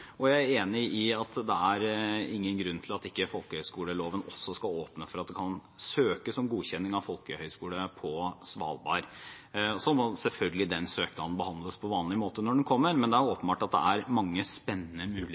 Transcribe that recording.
kunnskapssektoren. Jeg er enig i at det er ingen grunn til at folkehøyskoleloven ikke skal åpne for at det kan søkes om godkjenning av folkehøyskole på Svalbard. Så må selvfølgelig den søknaden behandles på vanlig måte når den kommer, men det er åpenbart at det er mange spennende